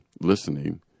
listening